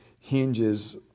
hinges